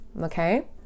okay